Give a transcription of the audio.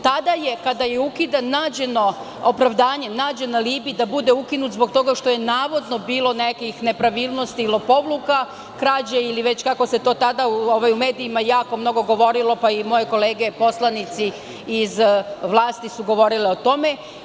Tada je kada je ukidan nađeno opravdanje, alibi da budu ukinut, zbog toga što je navodno bilo nekih nepravilnosti i lopovluka, krađe ili već kako se to u medijima jako mnogo govorilo pa i moje kolege poslanici iz vlasti su govorile o tome.